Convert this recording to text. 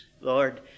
Lord